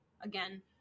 Again